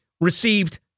received